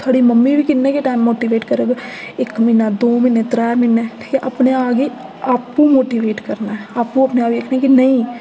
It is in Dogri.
थुआढ़ी मम्मी बी किन्ना टाइम तक्कर मोटिवेट करग इक म्हीना दो म्हीने त्रै म्हीने अपने आप गी आपूं मोटिवेट करना आपूं अपने आप गी आखना नेईं